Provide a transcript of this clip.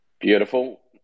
Beautiful